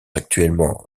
actuellement